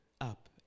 up